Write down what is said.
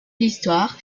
l’histoire